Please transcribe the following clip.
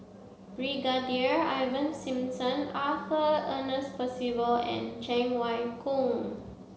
Brigadier Ivan Simson Arthur Ernest Percival and Cheng Wai Keung